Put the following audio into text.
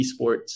esports